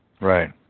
Right